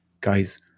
Guys